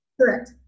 Correct